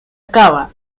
acaba